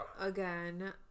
Again